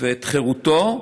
ואת חירותו,